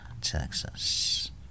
Texas